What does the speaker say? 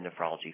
nephrology